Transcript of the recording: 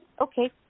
Okay